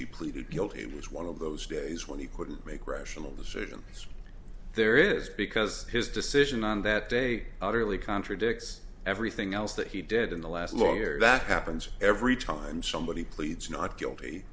he pleaded guilty was one of those days when he couldn't make rational decisions there is because his decision on that day really contradicts everything else that he did in the last longer that happens every time somebody pleads not guilty